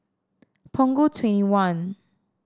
Punggol Twenty one